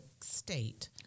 state